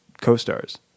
co-stars